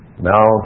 Now